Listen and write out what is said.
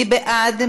מי בעד?